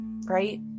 right